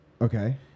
Okay